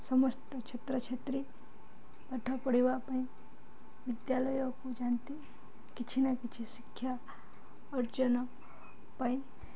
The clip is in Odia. ସମସ୍ତ ଛାତ୍ରଛାତ୍ରୀ ପାଠ ପଢ଼ିବା ପାଇଁ ବିଦ୍ୟାଳୟକୁ ଯାଆନ୍ତି କିଛି ନା କିଛି ଶିକ୍ଷା ଅର୍ଜନ ପାଇଁ